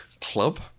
club